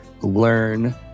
learn